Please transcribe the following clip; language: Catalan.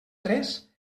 tres